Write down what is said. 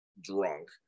drunk